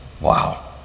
Wow